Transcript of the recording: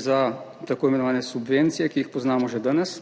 za tako imenovane subvencije, ki jih poznamo že danes,